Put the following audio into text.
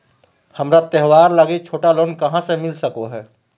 हमरा त्योहार लागि छोटा लोन कहाँ से मिल सको हइ?